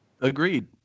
Agreed